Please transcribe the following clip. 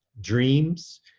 dreams